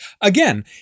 again